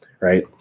right